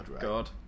god